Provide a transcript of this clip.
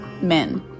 men